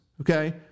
okay